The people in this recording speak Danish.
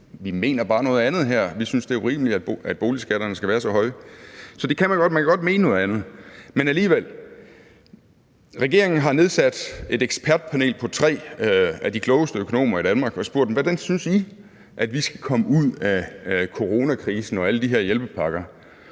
Vi mener bare noget andet her, vi synes, det er urimeligt, at boligskatterne skal være så høje. Så det kan man godt, og man kan godt mene noget andet. Men alligevel: Regeringen har nedsat et ekspertpanel på tre af de klogeste økonomer i Danmark og spurgt dem: Hvordan synes I at vi skal komme ud af coronakrisen og alle de her hjælpepakker?